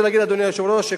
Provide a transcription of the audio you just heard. אדוני היושב-ראש,